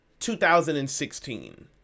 2016